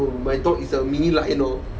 my dog is a mini light you know